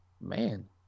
man